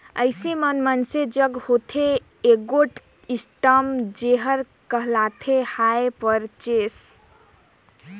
अइसे में मइनसे जग होथे एगोट सिस्टम जेहर कहलाथे हायर परचेस